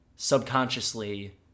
subconsciously